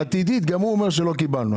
לגבי התוכנית העתידית גם הוא אומר שלא קיבלנו.